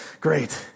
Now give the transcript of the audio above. Great